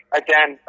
again